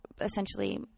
essentially